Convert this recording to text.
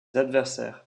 adversaires